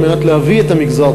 על מנת להביא את המגזר,